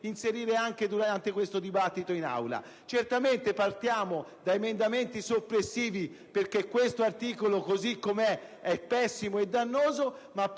anche durante questo dibattito in Aula. Proponiamo innanzitutto emendamenti soppressivi perché questo articolo, così com'è, è pessimo e dannoso, ma